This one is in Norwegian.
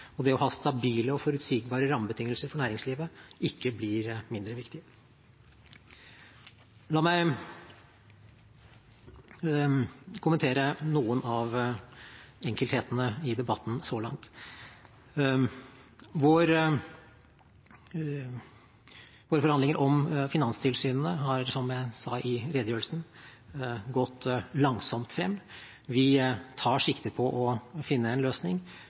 og det å ha stabile og forutsigbare rammebetingelser for næringslivet, ikke blir mindre viktig. La meg kommentere noen av enkelthetene i debatten så langt. Våre forhandlinger om finanstilsynene har – som jeg sa i redegjørelsen – gått langsomt frem. Vi tar sikte på å finne en løsning,